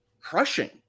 crushing